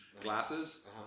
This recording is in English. glasses